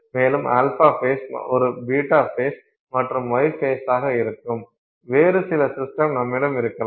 மேலும் α ஃபேஸ் ஒரு β ஃபேஸ் மற்றும் γ ஃபேஸ்மாக இருக்கும் வேறு சில சிஸ்டம் நம்மிடம் இருக்கலாம்